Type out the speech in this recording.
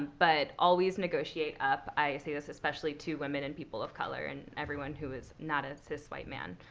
but always negotiate up. i say this especially to women and people of color and everyone who is not a cis white man.